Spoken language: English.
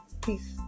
peace